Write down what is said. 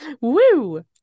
Woo